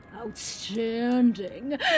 outstanding